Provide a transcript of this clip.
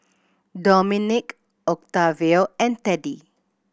Dominique Octavio and Teddy